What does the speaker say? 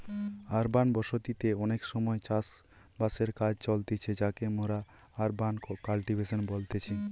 urban বসতি তে অনেক সময় চাষ বাসের কাজ চলতিছে যাকে মোরা আরবান কাল্টিভেশন বলতেছি